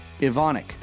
Ivonic